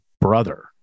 brother